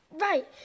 Right